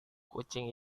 kucing